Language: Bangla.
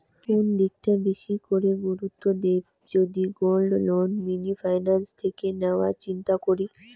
কোন দিকটা বেশি করে গুরুত্ব দেব যদি গোল্ড লোন মিনি ফাইন্যান্স থেকে নেওয়ার চিন্তা করি?